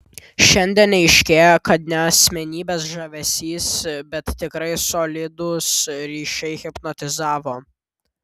šiandien aiškėja kad ne asmenybės žavesys bet tikrai solidūs ryšiai hipnotizavo